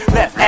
Left